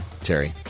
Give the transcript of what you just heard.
Terry